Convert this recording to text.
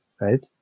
right